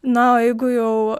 na o jeigu jau